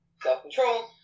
self-control